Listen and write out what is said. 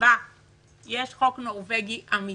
שבה יש חוק נורווגי אמיתי,